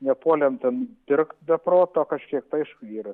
nepuolėm ten pirkt be proto kažkiek tai aišku yra